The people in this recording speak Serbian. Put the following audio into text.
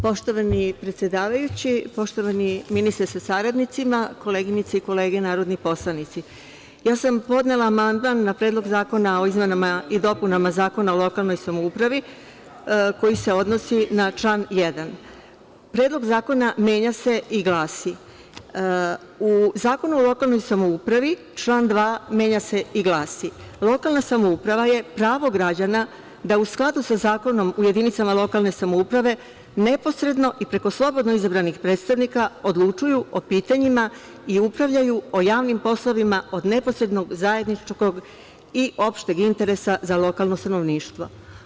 Poštovani predsedavajući, poštovani ministre sa saradnicima, koleginice i kolege narodni poslanici, podnela sam amandman na Predlog zakona o izmenama i dopunama Zakona o lokalnoj samoupravi, koji se odnosi na član 1. Predlog zakona menja se i glasi, u Zakonu o lokalnoj samoupravi član 2. menja se i glasi: „Lokalna samouprava je pravo građana da u skladu sa zakonom u jedinicama lokalne samouprave neposredno i preko slobodno izabranih predstavnika odlučuju o pitanjima i upravljaju o javnim poslovima od neposrednog zajedničkog i opšteg interesa za lokalno stanovništvo.